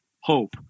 hope